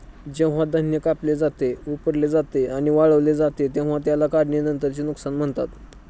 जेव्हा धान्य कापले जाते, उपटले जाते आणि वाळवले जाते तेव्हा त्याला काढणीनंतरचे नुकसान म्हणतात